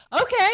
okay